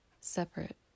separate